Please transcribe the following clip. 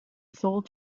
sole